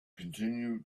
continue